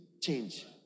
change